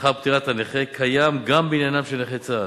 לאחר פטירת הנכה קיים גם בעניינם של נכי צה"ל,